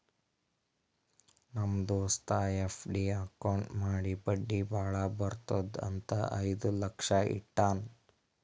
ನಮ್ ದೋಸ್ತ FD account ಮಾಡಿ ಬಡ್ಡಿ ಭಾಳ ಬರ್ತುದ್ ಅಂತ್ ಐಯ್ದ ಲಕ್ಷ ಇಟ್ಟಾನ್